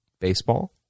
baseball